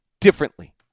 differently